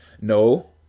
No